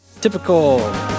Typical